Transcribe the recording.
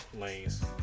lanes